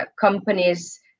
companies